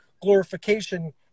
glorification